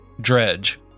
dredge